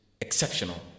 exceptional